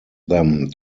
them